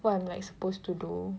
what like I'm supposed to do